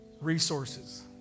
resources